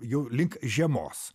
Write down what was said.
jau link žiemos